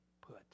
put